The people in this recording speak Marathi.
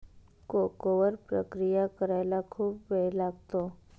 कोको वर प्रक्रिया करायला खूप वेळ लागतो